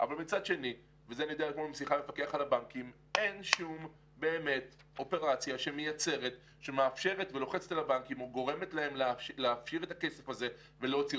אני מקווה לפרוש בזקנה ובבריאות ולא עם